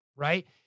Right